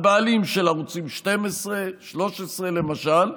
הבעלים של ערוצים 12 ו-13, למשל,